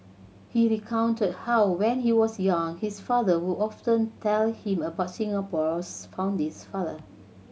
he recounted how when he was young his father would often tell him about Singapore's founding father